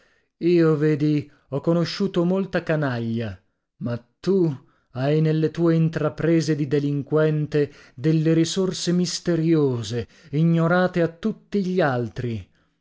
io vedi ho conosciuto molta canaglia ma tu hai nelle tue intraprese di delinquente delle risorse misteriose ignorate a tutti gli altri